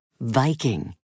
Viking